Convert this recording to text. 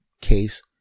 case